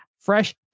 fresh